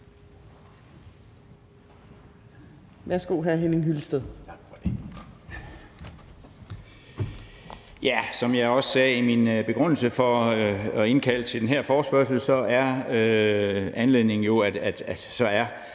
Værsgo, hr. Henning Hyllested.